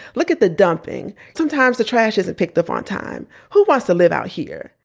look at the dumping. sometimes the trash isn't picked up on time. who wants to live out here?